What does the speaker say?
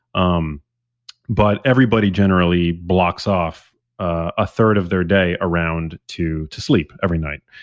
um but everybody generally blocks off a third of their day around to to sleep every night,